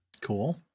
Cool